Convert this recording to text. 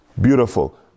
Beautiful